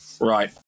Right